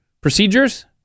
procedures